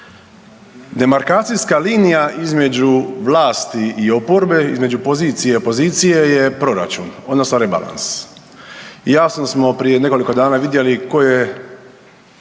Demarkacijska linija između vlasti i oporbe, između pozicije i opozicije je proračun odnosno rebalans. Jasno smo prije nekoliko dana vidjeli ko je